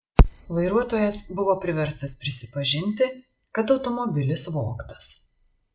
vairuotojas buvo priverstas prisipažinti kad automobilis vogtas